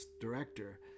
director